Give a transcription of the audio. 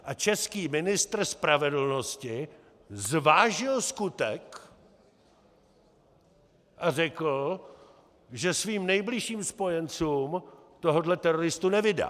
A český ministr spravedlnosti zvážil skutek a řekl, že svým nejbližším spojencům tohohle teroristu nevydá!